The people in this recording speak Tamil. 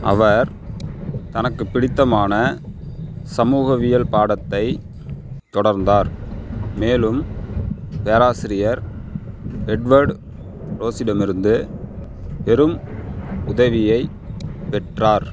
அவர் தனக்குப் பிடித்தமான சமூகவியல் பாடத்தைத் தொடர்ந்தார் மேலும் பேராசிரியர் எட்வர்ட் ரோஸிடமிருந்து பெரும் உதவியைப் பெற்றார்